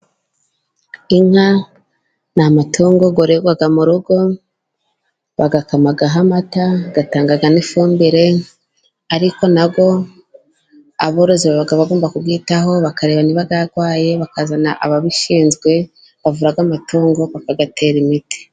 Inka ni amatungo yororerwa mu rugo, bayakamaho amata, atanga n'ifumbire, ariko na yo aborozi baba bagomba kuyitaho bakareba niba yarwaye bakazana ababishinzwe bavura amatungo bakayatera imiti.